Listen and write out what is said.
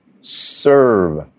Serve